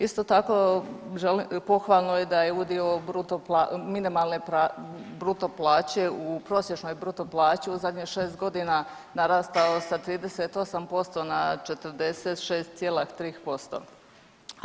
Isto tako, pohvalno je da je udio bruto, minimalne bruto plaće u prosječnoj bruto plaću u zadnjih 6 godina narastao sa 38% na 46,3%